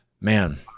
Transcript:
Man